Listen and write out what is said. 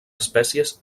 espècies